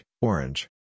Orange